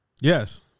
Yes